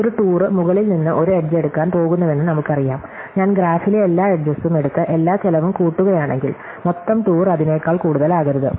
ഒരു ടൂർ മുകളിൽ നിന്ന് ഒരു എഡ്ജ് എടുക്കാൻ പോകുന്നുവെന്ന് നമുക്കറിയാം ഞാൻ ഗ്രാഫിലെ എല്ലാ എട്ജെസും എടുത്ത് എല്ലാ ചെലവും കൂട്ടുകയാണെങ്കിൽ മൊത്തം ടൂർ അതിനേക്കാൾ കൂടുതലാകരുത്